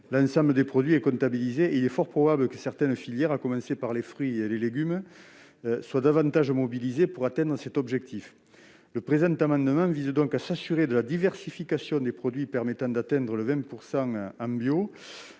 l'ensemble des produits est comptabilisé, et il est fort probable que certaines filières, à commencer par celle des fruits et légumes, seront davantage mobilisées pour atteindre cet objectif. Le présent amendement vise donc à s'assurer de la diversification des produits permettant d'atteindre le 20 % en bio,